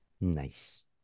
nice